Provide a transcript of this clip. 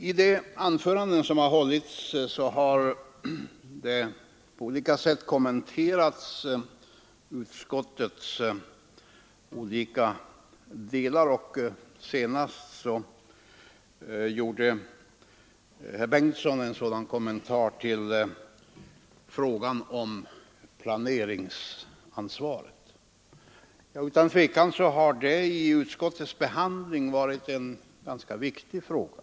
I de anföranden som hållits har utskottsbetänkandets delar på olika sätt behandlats. Senast gjorde herr förste vice talmannen Bengtson en kommentar till planeringsansvaret. Utan tvivel har detta i utskottsbehandlingen varit en ganska viktig fråga.